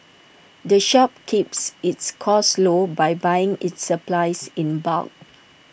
the shop keeps its costs low by buying its supplies in bulk